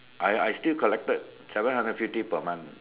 I I still collected seven hundred fifty per month know